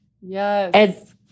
Yes